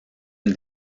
une